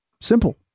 Simple